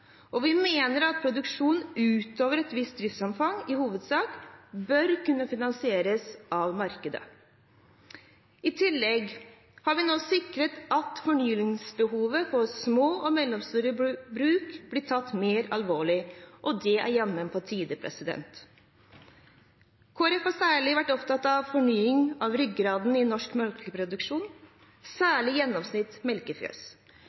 og vi mener at produksjon utover et visst driftsomfang i hovedsak bør kunne finansieres av markedet. I tillegg har vi nå sikret at fornyingsbehovet for små og mellomstore bruk blir tatt mer alvorlig, og det er jammen på tide. Kristelig Folkeparti har særlig vært opptatt av fornyingen av ryggraden i norsk melkeproduksjon, nemlig gjennomsnitts melkefjøs.